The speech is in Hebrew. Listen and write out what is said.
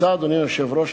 אדוני היושב-ראש,